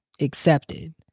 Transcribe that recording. accepted